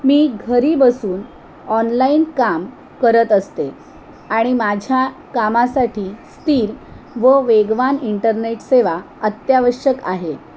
मी घरी बसून ऑनलाईन काम करत असते आणि माझ्या कामासाठी स्थिर व वेगवान इंटरनेट सेवा अत्यावश्यक आहे